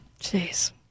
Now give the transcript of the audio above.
Jeez